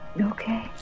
Okay